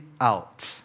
out